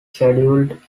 scheduled